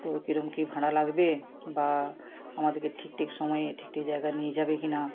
তো কীরকম কী ভাড়া লাগবে বা আমাদেরকে ঠিক ঠিক সময়ে ঠিক ঠিক জায়গায় নিয়ে যাবে কিনা